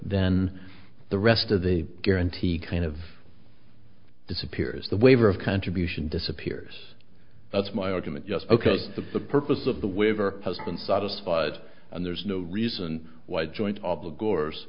then the rest of the guarantee kind of disappears the waiver of contribution disappears that's my argument just ok but the purpose of the waiver has been satisfied and there's no reason why joint op of gore's